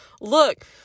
look